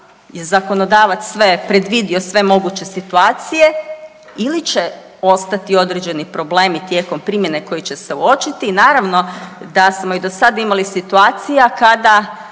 je zakonodavac sve predvidio sve moguće situacije ili će ostati određeni problemi tijekom primjene koji će se uočiti i naravno da smo i do sada imali situacija kada